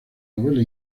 novela